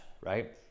right